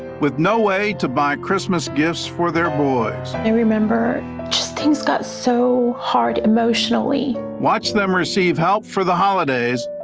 with no way to buy christmas gifts for their boys. i remember just things got so hard emotionally. watch them receive help for the holidays,